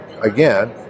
again